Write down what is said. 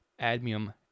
admium